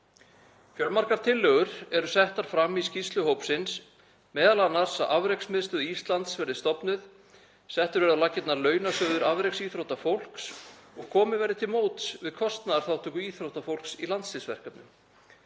Fjölmargar tillögur eru settar fram í skýrslu hópsins, m.a. að afreksmiðstöð Íslands verði stofnuð, settur verði á laggirnar launasjóður afreksíþróttafólks og komið verði til móts við kostnaðarþátttöku íþróttafólks í landsliðsverkefnum.